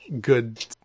good